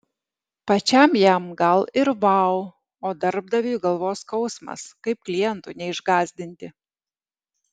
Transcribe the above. pačiam jam gal ir vau o darbdaviui galvos skausmas kaip klientų neišgąsdinti